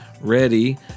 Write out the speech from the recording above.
ready